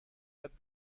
یاد